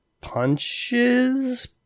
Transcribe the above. punches